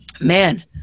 man